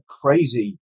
crazy